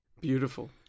Beautiful